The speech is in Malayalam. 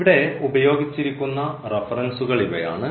ഇവിടെ ഉപയോഗിച്ചിരിക്കുന്ന റഫറൻസുകൾ ഇവയാണ്